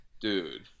Dude